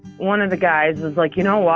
one of the guys is like, you know what,